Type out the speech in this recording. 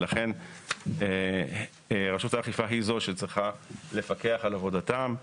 ולכן רשות האכיפה היא זו שצריכה לפקח על עבודתם.